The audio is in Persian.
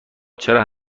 چرا